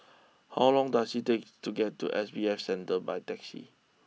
how long does it take to get to S B F Center by taxi